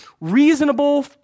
reasonable